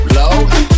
low